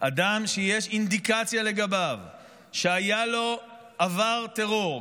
אדם שיש אינדיקציה לגביו שהיה לו עבר טרור,